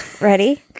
Ready